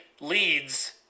leads